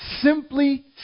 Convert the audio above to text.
simply